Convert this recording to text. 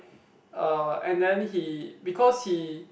uh and then he because he